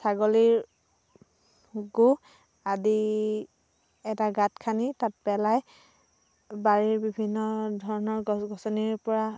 ছাগলীৰ গু আদি এটা গাঁত খান্দি তাত পেলাই বাৰীৰ বিভিন্ন ধৰণৰ গছ গছনিৰ পৰা